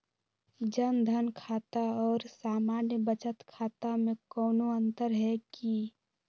जन धन खाता और सामान्य बचत खाता में कोनो अंतर है की?